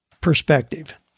perspective